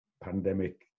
pandemic